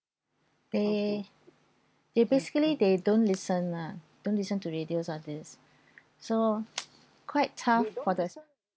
they they basically they don't listen lah don't listen to radio all this so quite tough for this